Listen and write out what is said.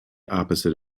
opposite